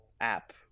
app